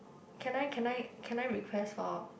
can I can I can I request for